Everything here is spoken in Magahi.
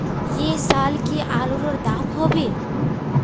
ऐ साल की आलूर र दाम होबे?